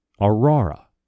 Aurora